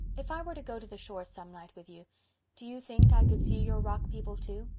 if i were to go to the shore some night with you do you think i could see your rock people too?